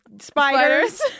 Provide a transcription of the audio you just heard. spiders